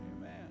Amen